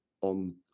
on